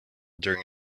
during